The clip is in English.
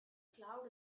cloud